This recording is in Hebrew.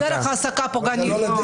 זו דרך העסקה פוגענית מאוד.